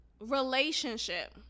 relationship